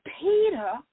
Peter